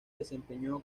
desempeñó